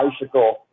bicycle